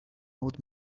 old